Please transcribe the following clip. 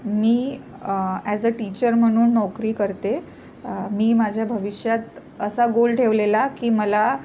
me as a teacher म्हणून नोकरी करते मी माझ्या भविष्यात असा गोल ठेवलेला की मला